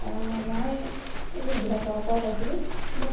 অঁ মই এই এই ভেপৰাৰ পৰা কৈছিলোঁ মোক